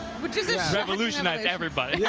revolutionized everybody. yeah